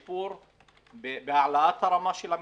בשיפור, בהעלאת הרמה של המתווכים.